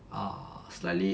err slightly